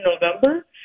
November